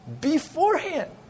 beforehand